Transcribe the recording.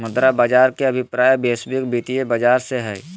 मुद्रा बाज़ार के अभिप्राय वैश्विक वित्तीय बाज़ार से हइ